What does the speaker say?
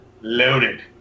loaded